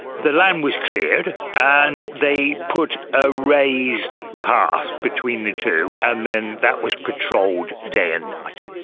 the land was cleared, and they put a raised pass between the two, and then that was patrolled day and night.